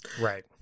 Right